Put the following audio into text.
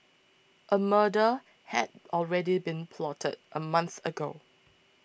a murder had already been plotted a month ago